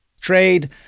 trade